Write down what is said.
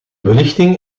belichting